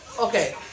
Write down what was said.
Okay